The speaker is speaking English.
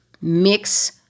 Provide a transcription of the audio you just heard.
mix